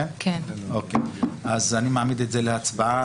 אני מעמיד להצבעה.